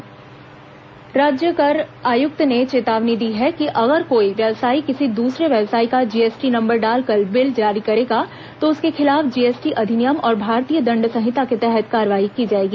GST चेतावनी राज्य कर आयुक्त ने चेतावनी दी है कि अगर कोई व्यवसायी किसी द्रसरे व्यवसायी का जीएसटी नम्बर डालकर बिल जारी करेंगा तो उसके खिलाफ जीएसटी अधिनियम और भारतीय दंड संहिता के तहत कार्रवाई की जाएगी